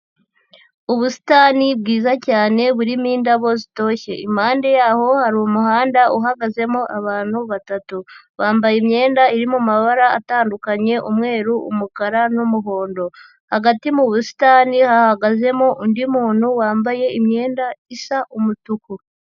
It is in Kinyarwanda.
Ubusitani bwiza cyane burimo indabo zitoshye, impande yaho hari umuhanda uhagazemo abantu batatu, bambaye imyenda iri mu mabara atandukanye, umweru, umukara n'umuhondo, hagati mu busitani hahagazemo undi muntu wambaye imyenda isa umutuku.